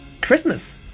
Christmas